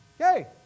Okay